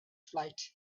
flight